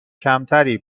کمتری